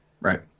Right